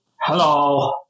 Hello